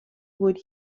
would